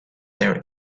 their